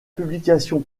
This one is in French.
publication